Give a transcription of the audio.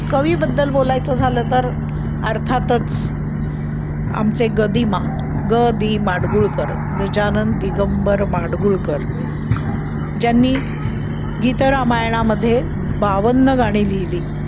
कवीबद्दल बोलायचं झालं तर अर्थातच आमचे गदिमा ग दि माडगुळकर गजानन दिगंबर माडगुळकर ज्यांनी गीतरामायणामध्ये बावन्न गाणी लिहिली